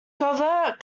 covert